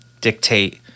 dictate